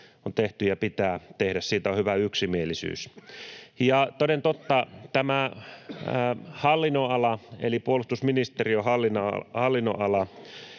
on tehty ja pitää tehdä, on hyvä yksimielisyys. Toden totta, tälle hallinnonalalle eli puolustusministeriön hallinnonalalle